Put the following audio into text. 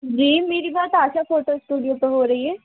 जी मेरी बात Asha photo studio पर हो रही है